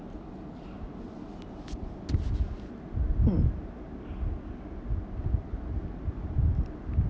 mm